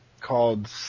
called